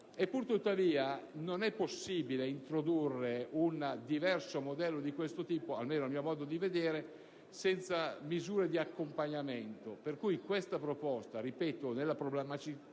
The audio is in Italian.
Pur tuttavia, non è possibile introdurre un diverso modello di questo tipo, almeno a mio modo di vedere, senza misure di accompagnamento. Pertanto questa proposta, nella problematicità